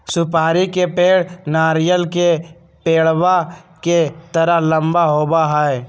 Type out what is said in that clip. सुपारी के पेड़ नारियल के पेड़वा के तरह लंबा होबा हई